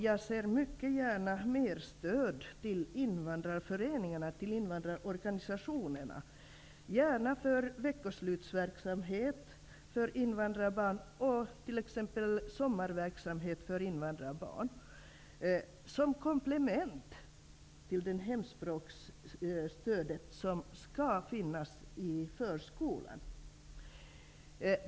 Jag ser gärna att ytterligare stöd lämnas till invandrarorganisationerna -- gärna i form av veckoslutsverksamhet och sommarverksamhet för invandrarbarn -- som ett komplement till hemspråksstödet, som skall finnas i förskolan.